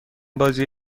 بازی